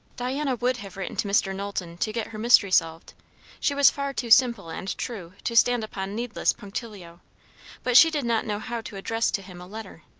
diana would have written to mr. knowlton to get her mystery solved she was far too simple and true to stand upon needless punctilio but she did not know how to address to him a letter.